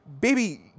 baby